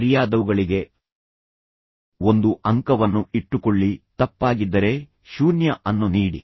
ಸರಿಯಾದವುಗಳಿಗೆ ಒಂದು ಅಂಕವನ್ನು ಇಟ್ಟುಕೊಳ್ಳಿ ತಪ್ಪಾಗಿದ್ದರೆ ಶೂನ್ಯ ಅನ್ನು ನೀಡಿ